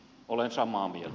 olen samaa mieltä